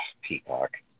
Peacock